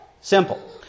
Simple